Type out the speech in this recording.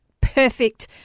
perfect